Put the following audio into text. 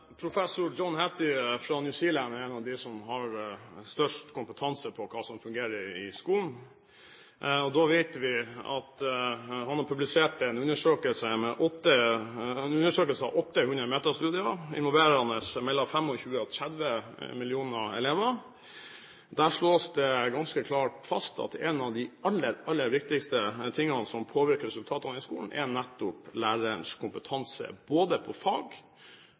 er en av dem som har størst kompetanse på hva som fungerer i skolen. Vi vet at han har publisert en undersøkelse av 800 metastudier, som involverer mellom 25 og 30 millioner elever. Der slås det ganske klart fast at en av de aller, aller viktigste tingene som påvirker resultatene i skolen, er nettopp lærerens kompetanse, både i fag